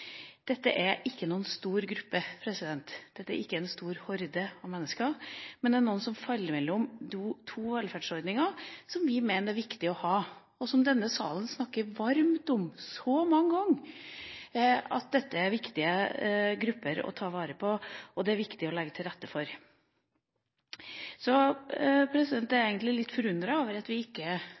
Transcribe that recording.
Dette er ikke noen stor gruppe. Dette er ikke en stor horde av mennesker, men noen som faller mellom to velferdsordninger, som vi mener det er viktig å ha. Denne salen har så mange ganger snakket varmt om at dette er viktige grupper å ta vare på, og som det er viktig å legge til rette for. Så jeg er egentlig litt forundret over at vi ikke